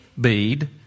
bead